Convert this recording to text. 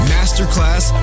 Masterclass